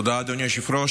תודה, אדוני היושב-ראש.